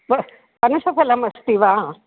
प पनसफलम् अस्ति वा